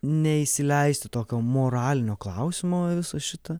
neįsileisti tokio moralinio klausimo į visa šita